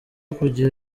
kugira